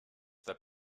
that